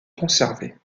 conservés